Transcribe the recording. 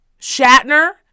Shatner